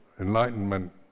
Enlightenment